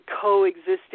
coexisting